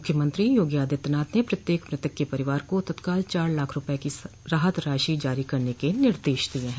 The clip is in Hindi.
मुख्यमंत्री योगी आदित्यनाथ ने प्रत्येक मृतक के परिवार को तत्काल चार लाख रुपये की राहत राशि जारी करने का निर्देश दिया है